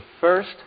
first